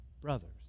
brothers